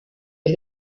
vez